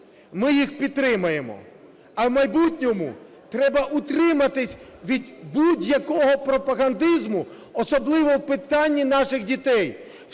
ми їх підтримаємо. А в майбутньому треба утриматися від будь-якого пропагандизму, особливо в питанні наших дітей.